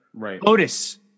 Otis